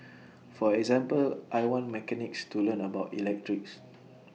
for example I want mechanics to learn about electrics